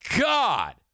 God